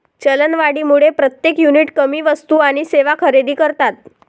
चलनवाढीमुळे प्रत्येक युनिट कमी वस्तू आणि सेवा खरेदी करतात